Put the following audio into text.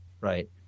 Right